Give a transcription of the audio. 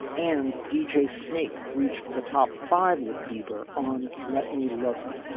and deejay snake reached the top five with bieber on. let me love you.